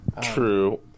True